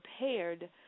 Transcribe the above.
prepared